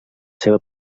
seva